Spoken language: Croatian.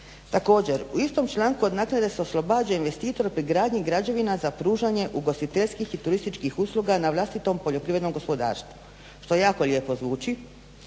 Također, u istom članku od naknade se oslobađa investitor gradnji i građevina za pružanje ugostiteljskih i turističkih usluga na vlastitom poljoprivrednom gospodarstvu što jako lijepo zvuči.